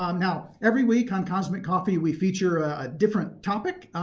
um now every week on cosmic coffee we feature ah ah different topic,